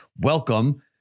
Welcome